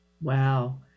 wow